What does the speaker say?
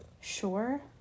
sure